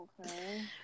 Okay